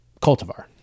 cultivar